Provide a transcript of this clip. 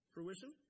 Fruition